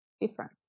different